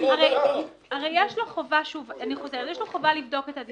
הרי יש לו חובה לבדוק את הדסקית.